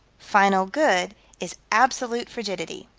final good is absolute frigidity.